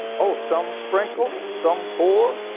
oh some sprinkle, some pour,